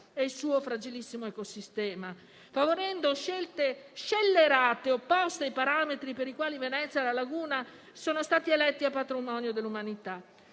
e il suo fragilissimo ecosistema, favorendo scelte scellerate opposte ai parametri per i quali Venezia e la laguna sono stati eletti a patrimonio dell'umanità.